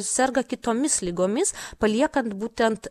serga kitomis ligomis paliekant būtent